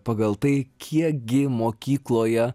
pagal tai kiekgi mokykloje